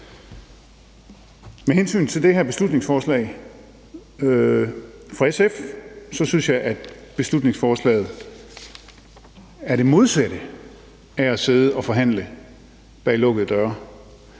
Med hensyn til det her beslutningsforslag fra SF synes jeg, at det er det modsatte af at sidde og forhandle bag lukkede døre.